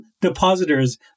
depositors